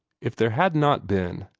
if there had not been,